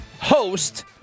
host